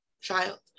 child